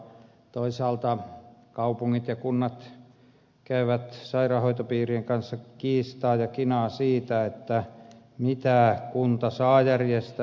toisaalta kaupungit ja kunnat käyvät sairaanhoitopiirien kanssa kiistaa ja kinaa siitä mitä kunta saa järjestää